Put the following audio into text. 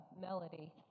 Melody